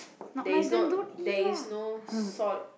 there is no there is no salt